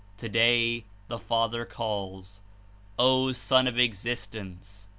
today the father calls o son of existence!